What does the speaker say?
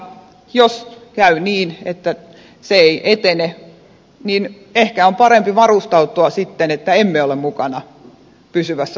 jos käy niin että neuvottelut eivät etene niin ehkä on parempi varustautua sitten siihen että emme ole mukana pysyvässä vakausrahastossa